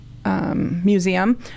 Museum